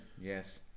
yes